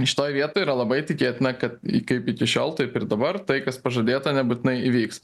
šitoj vietoj yra labai tikėtina kad kaip iki šiol taip ir dabar tai kas pažadėta nebūtinai įvyks